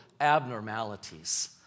abnormalities